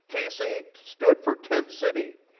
tc stood for tent city,